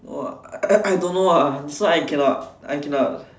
!wah! I don't know ah this one I cannot I cannot